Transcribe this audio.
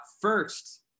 first